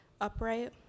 upright